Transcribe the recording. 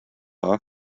off